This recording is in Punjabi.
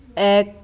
ਇੱਕ